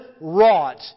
wrought